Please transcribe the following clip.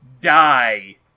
Die